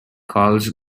calls